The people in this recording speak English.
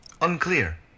Unclear